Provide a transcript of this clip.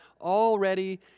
already